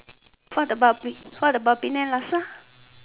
what about pe~ penang Laksa